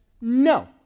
no